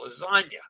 lasagna